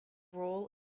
role